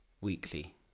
weekly